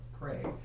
pray